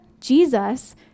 Jesus